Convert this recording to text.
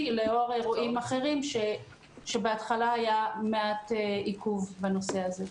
לאור אירועים אחרים כשבהתחלה היה מעט עיכוב בנושא הזה.